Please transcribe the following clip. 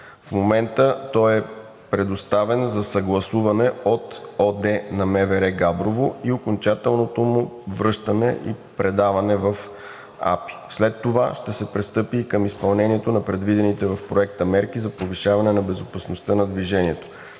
В момента той е предоставен за съгласуване от ОД на МВР – Габрово, и окончателното му връщане и предаване в АПИ. След това ще се пристъпи към изпълнението на предвидените в проекта мерки за повишаване на безопасността на движението.